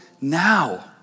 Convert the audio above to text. now